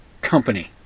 company